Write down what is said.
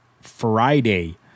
Friday